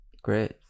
Great